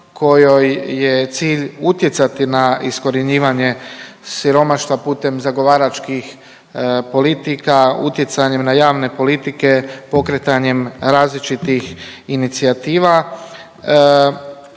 kojoj je cilj utjecati na iskorjenjivanje siromaštva putem zagovaračkih politika, utjecajem na javne politike, pokretanjem različitih inicijativa.